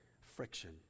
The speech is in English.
friction